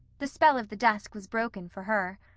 the spell of the dusk was broken for her.